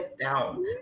down